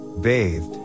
bathed